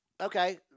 okay